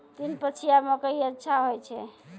तीन पछिया मकई अच्छा होय छै?